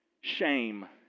shame